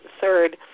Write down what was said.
third